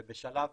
ובשלב